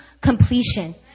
completion